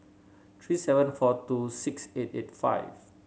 three seven four two six eight eight five